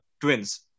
twins